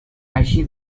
així